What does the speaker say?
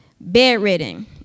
bedridden